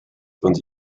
und